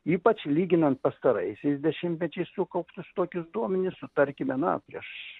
ypač lyginant pastaraisiais dešimtmečiais sukauptus tokius duomenis su tarkime na prieš